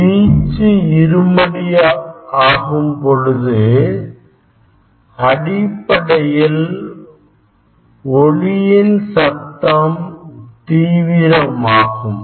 வீச்சு இருமடி ஆகும்பொழுது அடிப்படையில் ஒலியின் சத்தம் தீவிரமாகும்